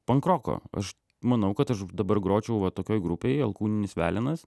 pankroko aš manau kad aš dabar gročiau va tokioj grupėj alkūninis velenas